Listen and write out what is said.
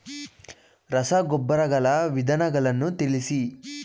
ರಸಗೊಬ್ಬರಗಳ ವಿಧಗಳನ್ನು ತಿಳಿಸಿ?